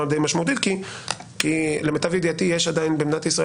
די משמעותית כי למיטב ידיעתי יש עדיין במדינת ישראל